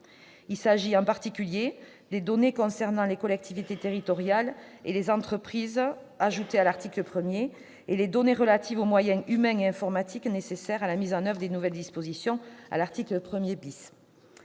Il s'agit, en particulier, d'y inclure les données concernant les collectivités territoriales et les entreprises, au travers de l'article 1 A, et les données relatives aux moyens humains et informatiques nécessaires à la mise en oeuvre de nouvelles dispositions, au travers